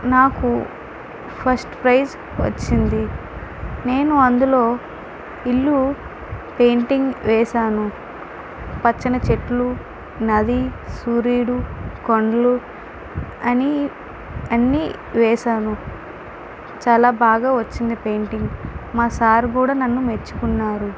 నాకు first prize వచ్చింది నేను అందులో ఇల్లు పెయింటింగ్ వేశాను పచ్చని చెట్లు నది సూర్యుడు కొండ్లు అని అన్ని వేశాను చాలా బాగా వచ్చింది పెయింటింగ్ మా సార్ కూడా నన్ను మెచ్చుకున్నారు